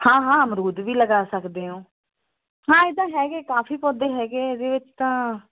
ਹਾਂ ਹਾਂ ਅਮਰੂਦ ਵੀ ਲਗਾ ਸਕਦੇ ਹੋ ਹਾਂ ਇਹ ਤਾਂ ਹੈਗੇ ਕਾਫੀ ਪੌਦੇ ਹੈਗੇ ਇਹਦੇ ਵਿੱਚ ਤਾਂ